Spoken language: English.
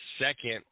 second